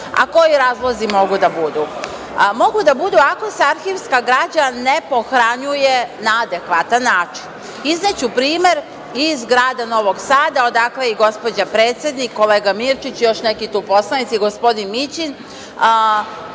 Koji razlozi mogu da budu? Mogu da budu ako se arhivska građa ne pohranjuje na adekvatan način. Izneću primer iz grada Novog Sada, odakle je i gospođa predsednik, kolega Mirčić i još neki tu poslanici, gospodin Mićin,